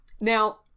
Now